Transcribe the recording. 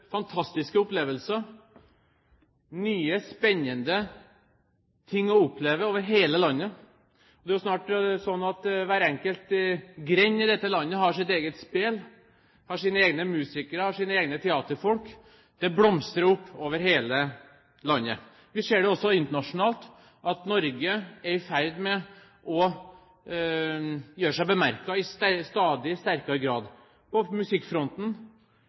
fantastiske opplevelser, nye spennende ting å oppleve over hele landet. Snart har jo hver enkelt grend i dette landet sitt eget spel, sine egne musikere, sine egne teaterfolk. Det blomstrer opp over hele landet. Vi ser det også internasjonalt, at Norge er i ferd med å gjøre seg bemerket i stadig sterkere grad. På musikkfronten